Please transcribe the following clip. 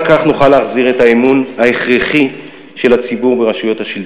רק כך נוכל להחזיר את האמון ההכרחי של הציבור ברשויות השלטון.